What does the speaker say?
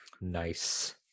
nice